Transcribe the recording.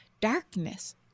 darkness